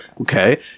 Okay